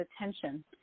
attention